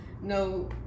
no